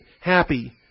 Happy